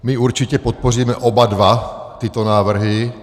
My určitě podpoříme oba dva tyto návrhy.